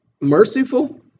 merciful